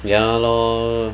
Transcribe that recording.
ya lor